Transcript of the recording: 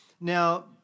Now